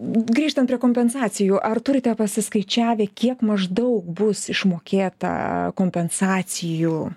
grįžtant prie kompensacijų ar turite pasiskaičiavę kiek maždaug bus išmokėta kompensacijų